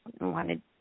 wanted